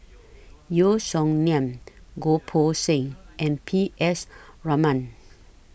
Yeo Song Nian Goh Poh Seng and P S Raman